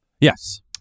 Yes